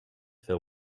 veel